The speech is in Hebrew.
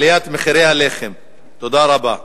תודה רבה.